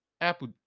Apple